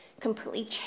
completely